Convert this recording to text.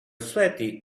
sweaty